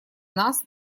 нас